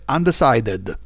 Undecided